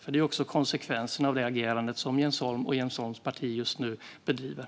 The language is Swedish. Det är också konsekvensen av det agerande som Jens Holm och hans parti just nu bedriver.